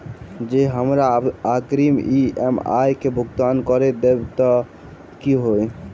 जँ हमरा अग्रिम ई.एम.आई केँ भुगतान करऽ देब तऽ कऽ होइ?